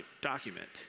document